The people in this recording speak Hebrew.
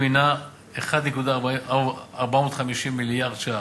איפה ד"ר אדטו?